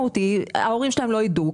ההורים שלהם לא ידעו,